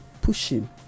pushing